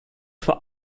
vor